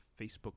Facebook